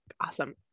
Awesome